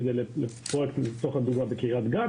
כדי להעסיק אותו בקרית גת,